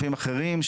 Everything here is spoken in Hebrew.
לפעמים אחרים,